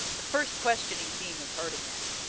the first questioning theme is heard again,